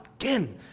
Again